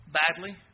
badly